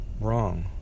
wrong